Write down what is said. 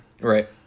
Right